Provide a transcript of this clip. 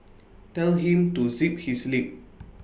tell him to zip his lip